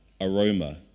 Aroma